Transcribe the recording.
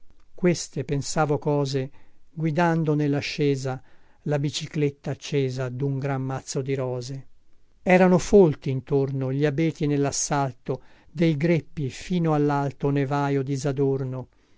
queste pensavo cose guidando nellascesa la bicicletta accesa dun gran mazzo di rose iii erano folti intorno gli abeti nellassalto dei greppi fino allalto nevaio disadorno